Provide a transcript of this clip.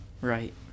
right